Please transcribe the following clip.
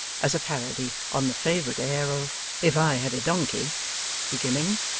as a parody on the favourite air of if i had a donkey beginning,